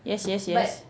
yes yes yes